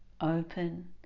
open